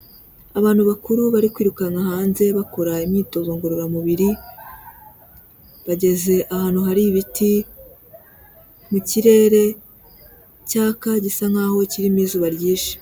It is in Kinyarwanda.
Abantu bakuru bari kwirukanka hanze bakora imyitozo ngororamubiri, bageze ahantu hari ibiti mu kirere cyaka gisa nk'aho kirimo izuba ryinshi.